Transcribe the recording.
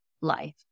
life